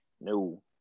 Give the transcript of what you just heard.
No